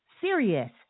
serious